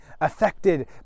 affected